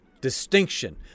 distinction